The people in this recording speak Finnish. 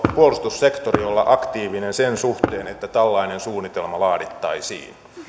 puolustussektori olla aktiivinen sen suhteen että tällainen suunnitelma laadittaisiin